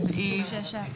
בסעיף 6א(א).